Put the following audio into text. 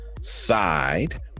side